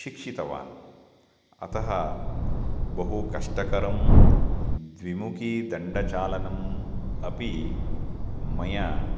शिक्षितवान् अतः बहु कष्टकरं द्विमुखीदण्डचालनम् अपि मया